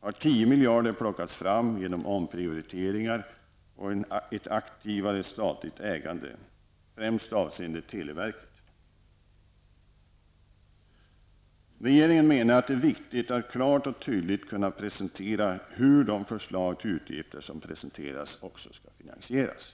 har tio miljarder plockats fram genom omprioriteringar och ett aktivare statligt ägande, främst avseende televerket. Regeringen menar att det är viktigt att klart och tydligt kunna presentera hur de förslag till utgifter som presenteras skall finansieras.